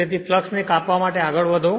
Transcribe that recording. તેથી ફ્લક્ષ ને કાપવા માટે આગળ વધો